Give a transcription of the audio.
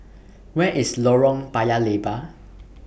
Where IS Lorong Paya Lebar